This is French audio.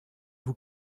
vous